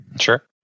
Sure